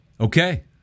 Okay